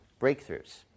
breakthroughs